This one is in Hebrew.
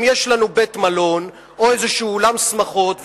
אם יש לנו בית-מלון או איזה אולם שמחות,